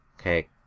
Okay